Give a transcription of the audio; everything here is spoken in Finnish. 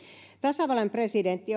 tasavallan presidentti